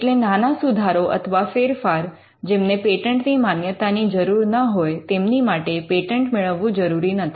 એટલે નાના સુધારો અથવા ફેરફાર જેમને પેટન્ટની માન્યતાની જરૂર ના હોય તેમની માટે પેટન્ટ મેળવવું જરૂરી નથી